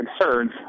concerns